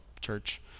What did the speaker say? church